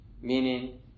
meaning